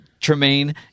Tremaine